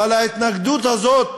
אבל ההתנגדות הזאת,